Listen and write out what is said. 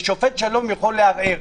לשופט שלום יכול לערער.